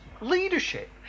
leadership